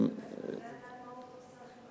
צריך לדעת מהו אותו תקציב בסיסי.